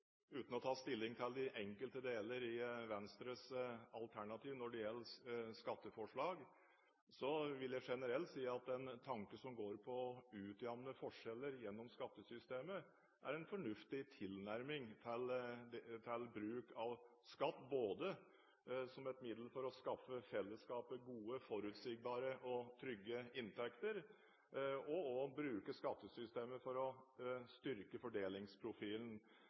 Uten å ta stilling til de enkelte deler i Venstres alternativ når det gjelder skatteforslag, vil jeg generelt si at den tanken som går ut på å utjevne forskjeller gjennom skattesystemet, er en fornuftig tilnærming til bruk av skatt både som et middel for å skaffe fellesskapet gode, forutsigbare og trygge inntekter, og også for å bruke skattesystemet til styrking av fordelingsprofilen.